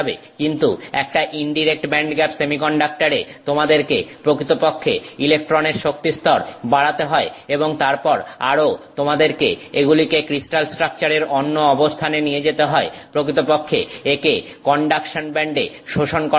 কিন্তু একটা indirect bandgap সেমিকন্ডাক্টরে তোমাদেরকে প্রকৃতপক্ষে ইলেকট্রনের শক্তিস্তর বাড়াতে হয় এবং তারপর আরও তোমাদেরকে এগুলিকে ক্রিস্টাল স্ট্রাকচারের অন্য অবস্থানে নিয়ে যেতে হয় প্রকৃতপক্ষে একে কন্ডাকশন ব্যান্ডে শোষণ করানোর জন্য